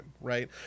right